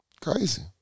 Crazy